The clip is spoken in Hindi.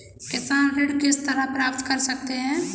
किसान ऋण किस तरह प्राप्त कर सकते हैं?